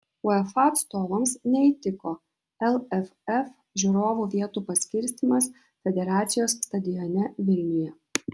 uefa atstovams neįtiko lff žiūrovų vietų paskirstymas federacijos stadione vilniuje